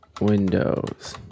Windows